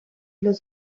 los